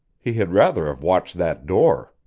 he had rather have watched that door.